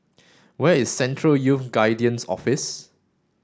where is Central Youth Guidance Office